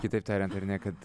kitaip tariant ar ne kad